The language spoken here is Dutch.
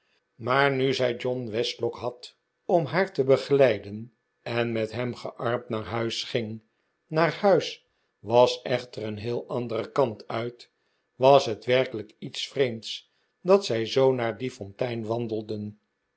maar nu zij john westlock had om haar te begeleiden en met hem gearmd naar huis ging haar huis was echter een heel anderen kant uit was het werkelijk iets vreemds dat zij zoo naar die fontein wandelden